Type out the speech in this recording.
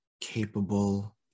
capable